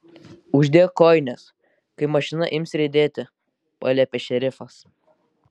uždek kojines kai mašina ims riedėti paliepė šerifas